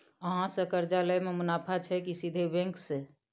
अहाँ से कर्जा लय में मुनाफा छै की सीधे बैंक से?